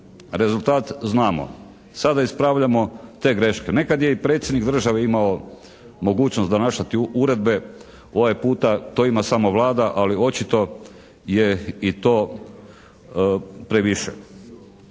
rezultat znamo. Sada ispravljamo te greške. Nekad je i predsjednik države imao mogućnost donašati uredbe, ovaj puta to ima samo Vlada, ali očito je i to previše.